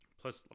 plus